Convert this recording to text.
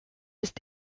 ist